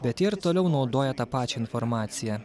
bet jie ir toliau naudoja tą pačią informaciją